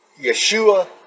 Yeshua